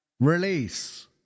Release